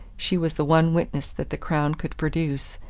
she was the one witness that the crown could produce,